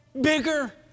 bigger